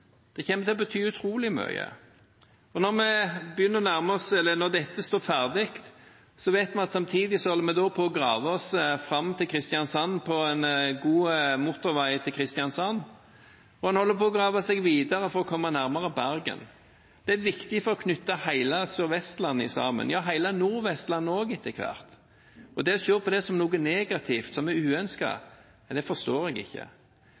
Det kommer til å bety utrolig mye. Når dette står ferdig, vet vi at samtidig holder vi på å grave fram en god motorvei til Kristiansand, og en holder på å grave seg videre for å komme nærmere Bergen. Det er viktig for å knytte hele Sør-Vestlandet sammen – ja, hele Nord-Vestlandet også etter hvert. Det å se på det som noe negativt, som noe uønsket, forstår jeg ikke.